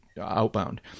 outbound